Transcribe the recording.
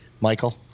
Michael